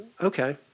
Okay